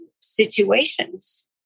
situations